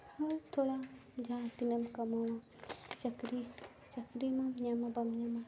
ᱦᱳᱭ ᱛᱷᱚᱲᱟ ᱡᱟᱦᱟᱸ ᱛᱤᱱᱟᱹᱜ ᱮᱢ ᱠᱟᱢᱟᱣᱟ ᱪᱟᱹᱠᱨᱤ ᱪᱟᱹᱠᱨᱤ ᱢᱟ ᱧᱟᱢ ᱦᱚᱸ ᱵᱟᱢ ᱧᱟᱢᱟ